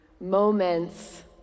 moments